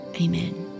amen